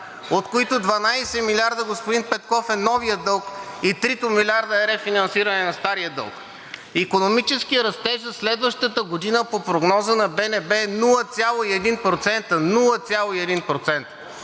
Кирил Петков), господин Петков, е новият дълг и трите милиарда рефинансиране на стария дълг. Икономическият растеж за следващата година по прогноза на БНБ е 0,1%.